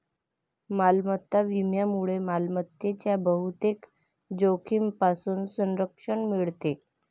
मालमत्ता विम्यामुळे मालमत्तेच्या बहुतेक जोखमींपासून संरक्षण मिळते